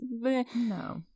No